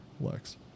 Lex